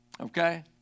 Okay